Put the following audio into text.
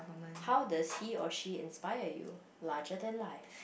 how does he or she inspire you larger than life